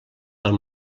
del